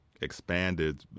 expanded